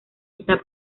está